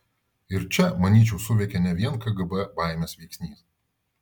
ir čia manyčiau suveikė ne vien kgb baimės veiksnys